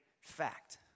fact